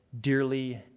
dearly